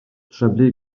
treblu